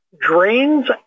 drains